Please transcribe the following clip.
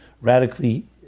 radically